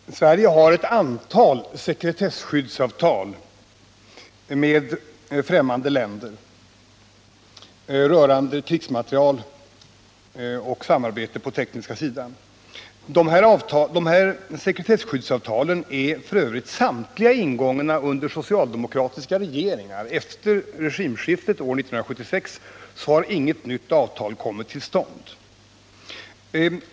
Herr talman! Sverige har ett antal sekretesskyddsavtal med främmande länder rörande krigsmateriel och samarbete på det tekniska området. Samtliga dessa sekretesskyddsavtal är f. ö. ingångna under socialdemokratiska regeringar. Efter regimskiftet år 1976 har inget nytt avtal kommit till stånd.